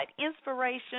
inspiration